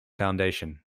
foundation